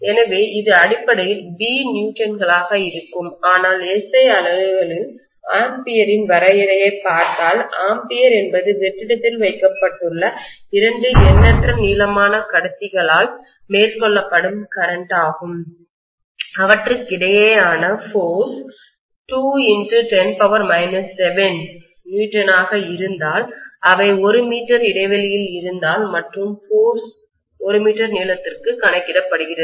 எனவே இது அடிப்படையில் B நியூட்டன்களாக இருக்கும் ஆனால் SI அலகுகளில் ஆம்பியரின் வரையறையைப் பார்த்தால் ஆம்பியர் என்பது வெற்றிடத்தில் வைக்கப்பட்டுள்ள 2 எண்ணற்ற நீளமான கடத்திகளால்கண்டக்டர்களால் மேற்கொள்ளப்படும் கரண்ட் மின்னோட்டமாகும் அவற்றுக்கிடையேயான ஃபோர்ஸ் சக்தி 210 7 N ஆக இருந்தால்அவை 1 மீ இடைவெளியில் இருந்தால் மற்றும் ஃபோர்ஸ் சக்தி ஒரு மீட்டர் நீளத்திற்கு கணக்கிடப்படுகிறது